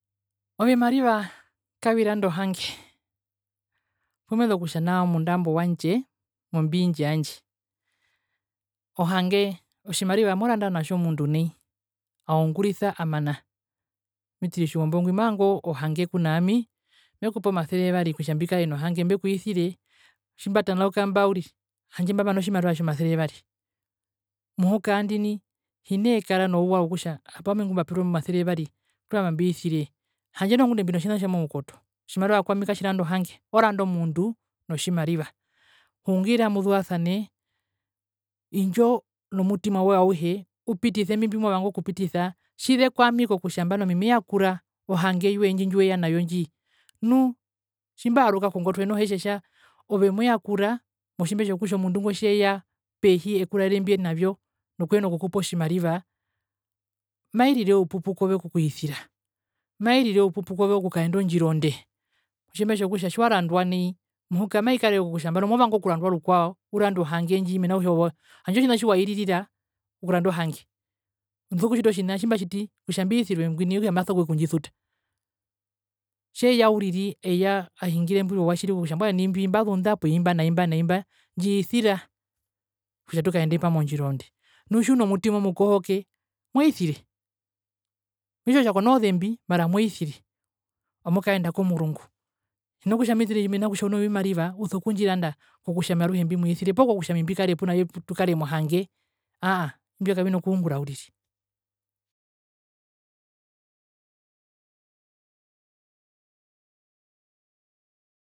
Ovimariva kaviranda ohange. Pumezu okutja nao munda imbo wandje, mombii indjo yandje. Ohange, otjimariva moranda natjo omundu nai, aungurisa amana, mitiri tjijombo ngwi mavanga ohange kuna ami, mekupe omasere yevari kutja mbikare nohange, mbekuisire, tjimbatanauka mba uriri, handje mbamana otjimariva tjo tjomasere yevari. Muhuka yandina hinee kara nouwa wokutja hapo owami ngupaperwe omasere yevari kurama mbi isire handje noho ngunda mbina otjina tjo moukoto. Otjimariva kwami katjiranda ohange, oranda omundu notjimariva. Hungira muzuvasane, indjo nomutima woye auhe upitise imbi mbimovanga okupitisa, tjize kwami kutja nambano ami meyakura ohange yoye ndji ndjiweya nayo ndji nu tjimbayaruka kongotwe noho etjetja, ove moyakura motjimbe tjokutja omundu ngo tjeya pehi ekuraere mbyenavyo nokuhina okukupa otjimariva, mirire oupupu kove okuisira, mairire oupupu kove okukaenda ondjira onde motjimbe tjokutja tjiwarandwa nai muhuka maikarira kutja movanga okurandwa rukwao urande ohange ndji mena rokutja otjina tjiwairirira okuranda ohange. Mbisokutjita otjina tjimbatjiti kutja mbi isirwe ngwina okutja masokuyekundjisuta. Tjeya uriri eya ahingire mbiri owatjiri kutja mbuae nai mbazunda poo imba, naimba, naimba, ndji isira kutja tukaende pamwe ondjira onde nu tjiuna omutima omukohoke, mo isire. Metjiwa kutja konoo zembi mara mo isire, amukaenda komurungu. Hinakutja mitiri mena rokutja una ovimariva usokundjiranda kokutja aruhe ami mbimuisire poo kokutja ami mbikare puna ye tukare mohange, aahaa, imbyo kavina oku ungura uriri.